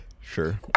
Sure